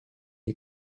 est